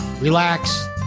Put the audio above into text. relax